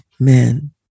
Amen